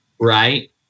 right